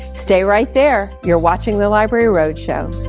stay right there, you're watching the library roadshow.